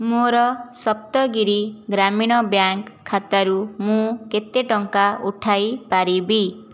ମୋର ସପ୍ତଗିରି ଗ୍ରାମୀଣ ବ୍ୟାଙ୍କ ଖାତାରୁ ମୁଁ କେତେ ଟଙ୍କା ଉଠାଇ ପାରିବି